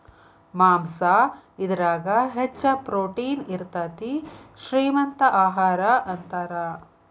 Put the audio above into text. ಮಾಂಸಾ ಇದರಾಗ ಹೆಚ್ಚ ಪ್ರೋಟೇನ್ ಇರತತಿ, ಶ್ರೇ ಮಂತ ಆಹಾರಾ ಅಂತಾರ